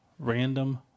Random